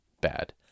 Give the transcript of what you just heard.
bad